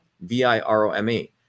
V-I-R-O-M-E